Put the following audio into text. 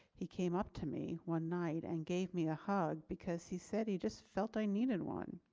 he came up to me one night and gave me a hug because he said he just felt i needed one.